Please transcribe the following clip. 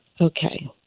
Okay